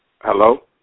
Hello